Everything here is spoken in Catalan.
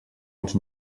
els